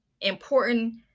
important